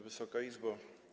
Wysoka Izbo!